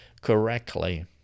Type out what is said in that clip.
correctly